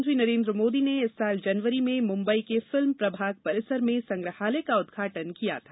प्रधानमंत्री नरेंद्र मोदी ने इस साल जनवरी में मुम्बई के फिल्म प्रभाग परिसर में संग्रहालय का उद्घाटन किया था